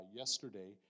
yesterday